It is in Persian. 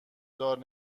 دار